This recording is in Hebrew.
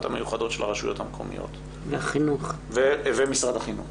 המיוחדות של הרשויות המקומיות ומשרד החינוך.